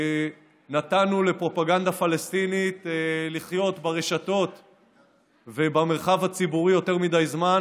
שנתנו לפרופגנדה פלסטינית לחיות ברשתות ובמרחב הציבורי יותר מדי זמן,